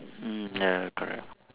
mm ya correct